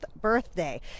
birthday